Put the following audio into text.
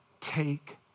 take